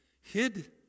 hid